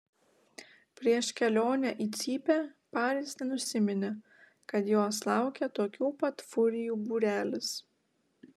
prieš kelionę į cypę paris nenusiminė kad jos laukia tokių pat furijų būrelis